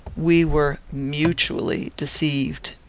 we were mutually deceived.